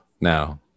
Now